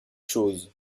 choses